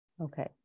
Okay